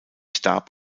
starb